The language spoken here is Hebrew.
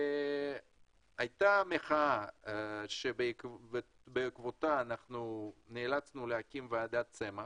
הייתה מחאה שבעקבותיה נאלצנו להקים את ועדת צמח.